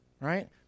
right